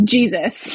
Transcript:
Jesus